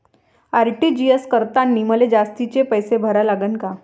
RTGS करतांनी मले जास्तीचे पैसे भरा लागन का?